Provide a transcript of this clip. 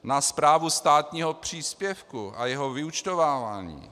Na správu státního příspěvku a jeho vyúčtovávání.